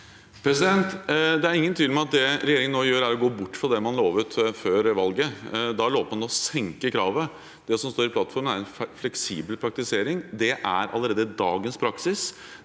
Det er ingen tvil om at det regjeringen nå gjør, er å gå bort fra det man lovet før valget. Da lovet man å senke kravet. Det som står i plattformen, er en fleksibel praktisering. Det er allerede dagens praksis.